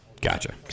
Gotcha